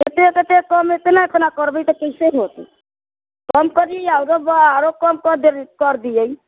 एतेक एतेक कम एतना एतना करबै तऽ कइसे होत कम करी आओरो आरो बा आरो कम कर दियै